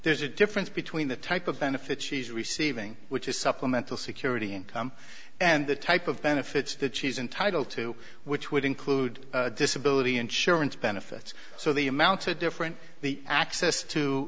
there's a difference between the type of benefits she's receiving which is supplemental security income and the type of benefits that she's entitled to which would include disability insurance benefits so the amounts are different the access to